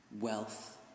wealth